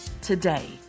today